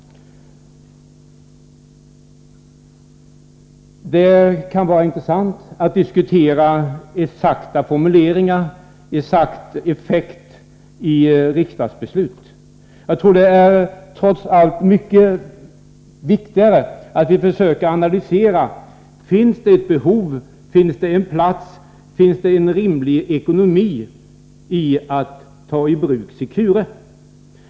Det kan vara intressant att diskutera exakta formuleringar och exakt effekt av riksdagsbeslut. Jag tror emellertid att det trots allt är mycket viktigare att vi försöker analysera om det finns ett behov av, plats för och rimlig ekonomi i att ta i anspråk Secure.